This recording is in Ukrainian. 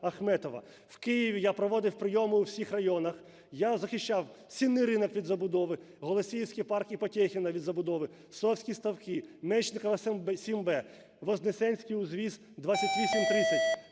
В Києві я проводив прийоми у всіх районах, я захищав Сінний ринок від забудови, Голосіївський парк Потєхіна від забудови, Совські ставки, Мечнікова, 7б, Вознесенській узвіз, 28/30.